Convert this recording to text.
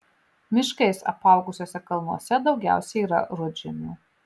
miškais apaugusiuose kalnuose daugiausia yra rudžemių